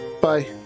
Bye